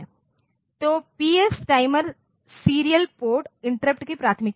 तो PS timer serial port interrupt की प्राथमिकता है